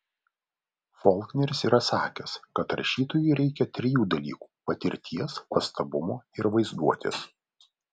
folkneris yra sakęs kad rašytojui reikia trijų dalykų patirties pastabumo ir vaizduotės